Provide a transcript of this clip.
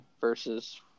versus